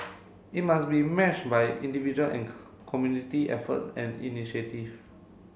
it must be matched by individual and community effort and initiative